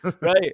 right